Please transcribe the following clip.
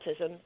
Autism